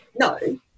no